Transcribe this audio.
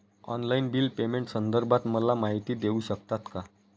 Online bill पेमेंटसंदर्भात मला माहिती देऊ शकतात का?